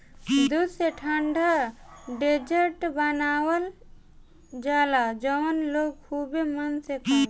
दूध से ठंडा डेजर्ट बनावल जाला जवन लोग खुबे मन से खाला